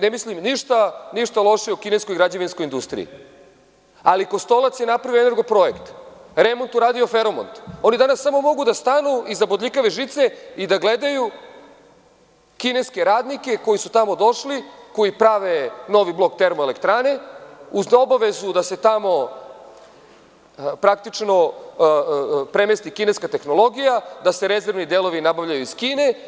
Ne mislim ništa loše o kineskoj građevinskoj industriji, ali Kostolac je napravio „Energoprojekt“, remont uradio „Feromont“ oni danas mogu samo da stanu iza bodljikave žice i da gledaju kineske radnike koji su tamo došli, koji prave novi blok termoelektrane uz obavezu da se tamo praktično premesti kineska tehnologija, da se rezervni delovi nabavljaju iz Kine.